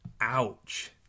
ouch